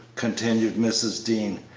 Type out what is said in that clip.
continued mrs. dean,